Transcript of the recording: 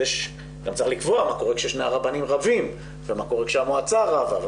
גם צריך לקבוע מה קורה כששני הרבנים רבים ומה קורה כשהמועצה רבה.